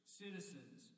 citizens